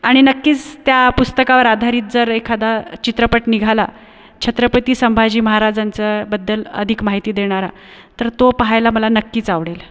आणि नक्कीच त्या पुस्तकावर आधारित जर एखादा चित्रपट निघाला छत्रपती संभाजी महाराजांचाबद्दल अधिक माहिती देणारा तर तो पहायला मला नक्कीच आवडेल